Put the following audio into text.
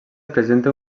presenta